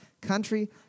country